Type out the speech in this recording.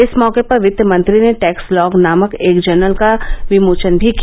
इस मौके पर वित्त मंत्री ने टैक्सलॉग नामक एक जर्नल का विमोचन भी किया